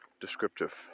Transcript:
descriptive